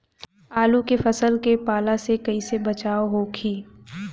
आलू के फसल के पाला से कइसे बचाव होखि?